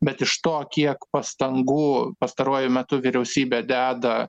bet iš to kiek pastangų pastaruoju metu vyriausybė deda